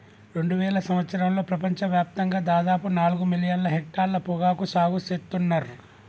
రెండువేల సంవత్సరంలో ప్రపంచ వ్యాప్తంగా దాదాపు నాలుగు మిలియన్ల హెక్టర్ల పొగాకు సాగు సేత్తున్నర్